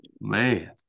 Man